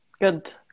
good